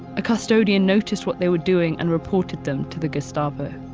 a custodian noticed what they were doing and reported them to the gestapo.